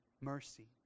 mercy